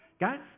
Guys